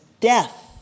death